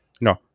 No